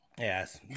Yes